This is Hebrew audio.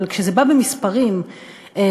אבל כשזה בא במספרים מפורשים,